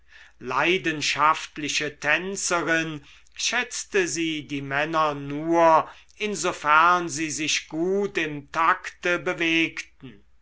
leidenschaftliche tänzerin schätzte sie die männer nur insofern sie sich gut im takte bewegten